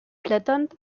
blätternd